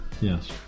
Yes